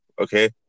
okay